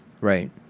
Right